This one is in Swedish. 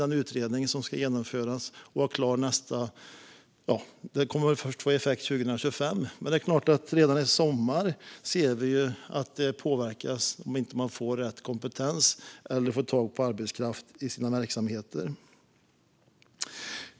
Den utredning som ska genomföras får effekt först 2025, men det är klart att det påverkar redan i sommar om man inte får rätt kompetens eller inte får tag på arbetskraft i sina verksamheter.